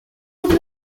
with